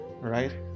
right